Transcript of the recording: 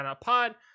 Pod